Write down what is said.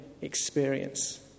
experience